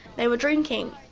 they were drinking,